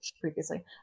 previously